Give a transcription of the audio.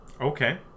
Okay